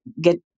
get